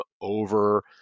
over